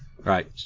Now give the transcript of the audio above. Right